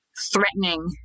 threatening